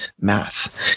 math